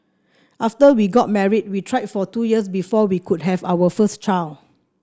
after we got married we tried for two years before we could have our first child